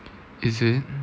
is it